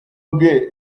bwe